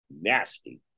nasty